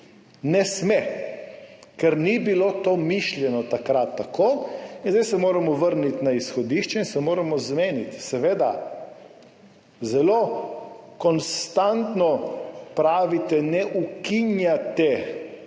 Ne sme! Ker to ni bilo mišljeno takrat tako. Zdaj se moramo vrniti na izhodišče in se moramo zmeniti. Seveda zelo konstantno pravite: »Ne ukinjate.«